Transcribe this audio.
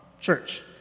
church